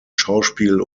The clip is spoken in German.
schauspiel